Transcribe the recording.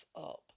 up